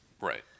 Right